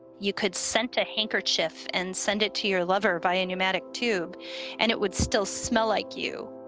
you could scent a handkerchief and send it to your lover via pneumatic tube and it would still smell like you.